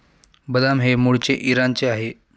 बदाम हे मूळचे इराणचे आहे